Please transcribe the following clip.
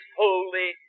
holy